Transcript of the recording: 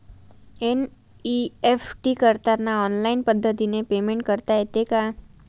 NEFT करताना online पद्धतीने payment करता येते का?